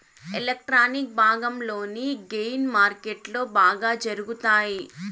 electronic భాగంలోని gain మార్కెట్లో బాగా జరుగుతాయి